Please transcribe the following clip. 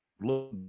Look